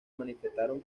manifestaron